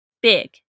Big